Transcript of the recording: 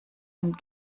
und